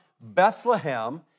Bethlehem